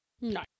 no